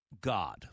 God